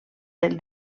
del